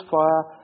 fire